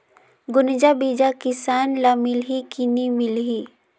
गुनजा बिजा किसान ल मिलही की नी मिलही?